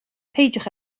peidiwch